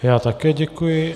Já také děkuji.